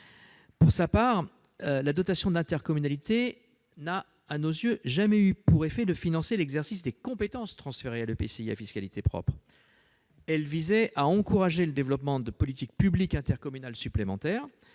Pour sa part, la dotation d'intercommunalité n'a jamais eu pour objet de financer l'exercice des compétences transférées à l'EPCI à fiscalité propre. Elle visait à encourager le développement de politiques publiques intercommunales supplémentaires,